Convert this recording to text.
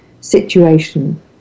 situation